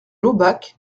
laubach